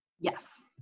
Yes